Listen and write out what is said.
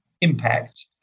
impact